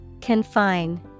Confine